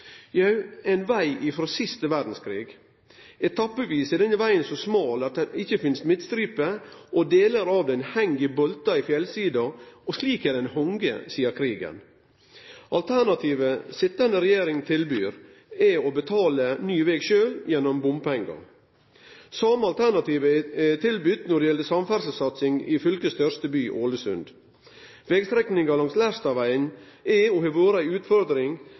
denne vegen så smal at det ikkje finst midtstripe. Delar av han heng i boltar i fjellsida, og slik har han hange sidan krigen. Alternativet den sitjande regjeringa tilbyr, er at vi betaler ny veg sjølve, gjennom bompengar. Det same alternativet er tilbydd når det gjeld samferdselssatsing i fylkets største by, Ålesund. Vegstrekninga langs Lærstadvegen er og har vore ei utfordring,